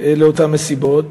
לאותן מסיבות,